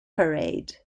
parade